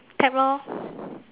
tap lor